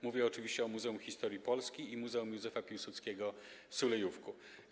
Mówię oczywiście o Muzeum Historii Polski i Muzeum Józefa Piłsudskiego w Sulejówku.